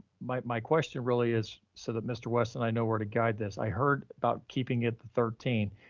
my my question really is so that mr. west and i, know where to guide this. i heard about keeping it the thirteen.